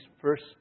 first